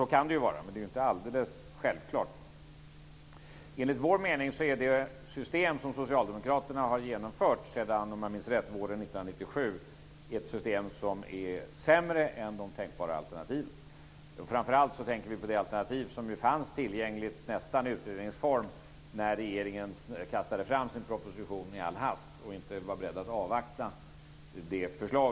Så kan det ju vara, men det är inte alldeles självklart. Enligt vår mening är det system som socialdemokraterna har genomfört sedan våren 1997, om jag minns rätt, ett system som är sämre än de tänkbara alternativen. Framför allt tänker vi på det alternativ som nästan fanns tillgängligt i utredningsform när regeringen kastade fram sin proposition i all hast och inte var beredd att avvakta förslaget.